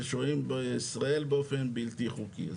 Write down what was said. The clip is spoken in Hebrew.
שהם שוהים בישראל באופן בלתי חוקי.